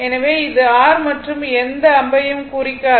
எனவே இது r மற்றும் இது எந்த அம்பையும் குறிக்காது